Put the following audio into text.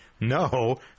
No